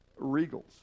Regals